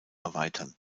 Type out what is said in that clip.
erweitern